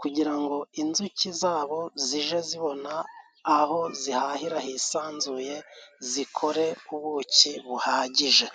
kugira ngo inzuki zabo zijye zibona aho zihahira hisanzuye zikore ubuki buhagije.